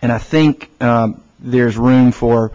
and i think there's room for